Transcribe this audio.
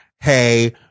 hey